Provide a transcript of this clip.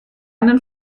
einen